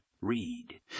read